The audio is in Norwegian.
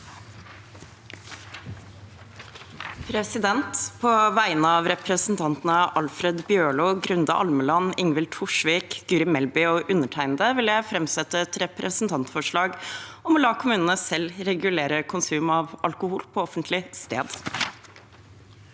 På vegne av represen- tantene Alfred Jens Bjørlo, Grunde Almeland, Ingvild Wetrhus Thorsvik, Guri Melby og undertegnede vil jeg framsette et representantforslag om å la kommunene selv regulere konsum av alkohol på offentlig sted.